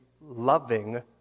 loving